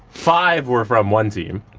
five were from one team.